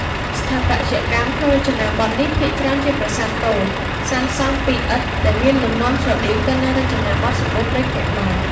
ស្ថាបត្យកម្មក្នុងរចនាបថនេះ ភាគច្រើនជាប្រាសាទទោល សាងសង់ពីឥដ្ឋ ដែលមានលំនាំស្រដៀងទៅនឹងរចនាបថសម្បូណ៍ព្រៃគុកដែរ។